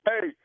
Hey